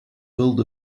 build